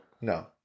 No